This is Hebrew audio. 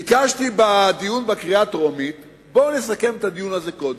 ביקשתי בדיון בקריאה הטרומית: בואו נסכם את הדיון הזה קודם,